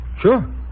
Sure